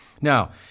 Now